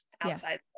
outside